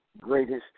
greatest